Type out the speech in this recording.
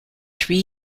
three